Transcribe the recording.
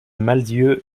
malzieu